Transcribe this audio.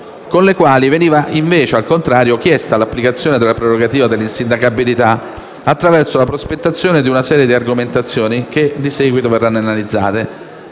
con le quali veniva invece chiesta l'applicazione della prerogativa dell'insindacabilità attraverso la prospettazione di una serie di argomentazioni che di seguito verranno analizzate.